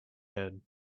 head